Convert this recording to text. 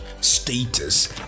status